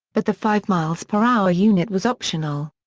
but the five mph unit was optional.